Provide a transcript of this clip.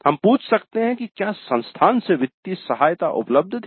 हम पूछ सकते हैं कि क्या संस्थान से वित्तीय सहायता उपलब्ध थी